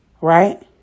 Right